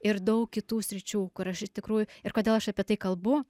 ir daug kitų sričių kur aš iš tikrųjų ir kodėl aš apie tai kalbu